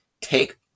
take